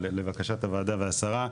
אבל לבקשת הוועדה והשרה,